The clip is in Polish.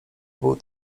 był